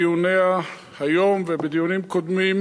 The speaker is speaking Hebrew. בדיוניה היום ובדיונים קודמים,